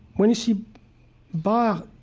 when you see bach,